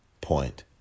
point